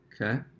Okay